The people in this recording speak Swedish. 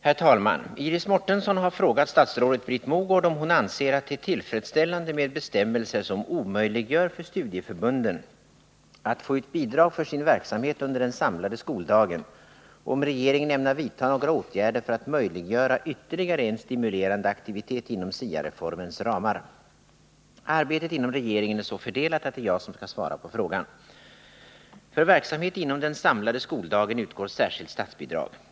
Herr talman! Iris Mårtensson har frågat statsrådet Britt Mogård om hon anser att det är tillfredsställande med bestämmelser som omöjliggör för studieförbunden att få ut bidrag för sin verksamhet under den samlade skoldagen och om regeringen ämnar vidta några åtgärder för att möjliggöra ytterligare en stimulerande aktivitet inom SIA-reformens ramar. Arbetet inom regeringen är så fördelat att det är jag som skall svara på frågan. För verksamhet inom den samlade skoldagen utgår särskilt statsbidrag.